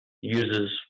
uses